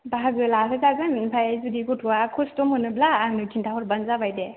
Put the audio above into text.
बाहागो लाहो जागोन ओमफाय जुदि गथ'वा खस्थ' मोनोब्ला आंनो खिनथा हरबानो जाबाय दे